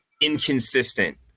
inconsistent